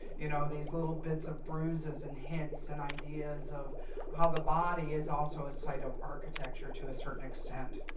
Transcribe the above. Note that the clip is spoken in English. you know, these little bits of bruises, and hints, and ideas of how the body is also a site of architecture to a certain extent.